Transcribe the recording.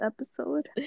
episode